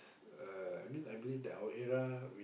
uh I mean I believe that our era we